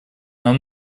нам